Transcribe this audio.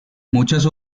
muchas